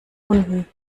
unten